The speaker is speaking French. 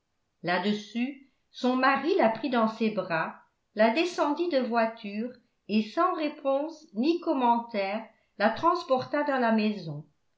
là-dessus son mari la prit dans ses bras la descendit de voiture et sans réponse ni commentaires la transporta dans la maison